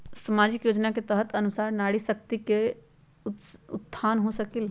सामाजिक योजना के तहत के अनुशार नारी शकति का उत्थान हो सकील?